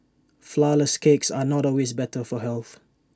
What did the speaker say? Flourless Cakes are not always better for health